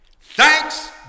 Thanks